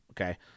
okay